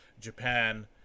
japan